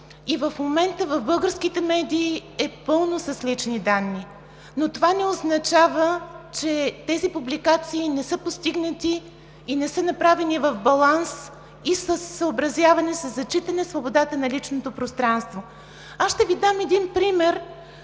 – в момента в българските медии е пълно с лични данни. Това не означава, че тези публикации не са постигнати и не са направени в баланс и със съобразяване, със зачитане свободата на личното пространство. Ще Ви дам един пример,